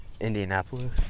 Indianapolis